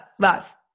love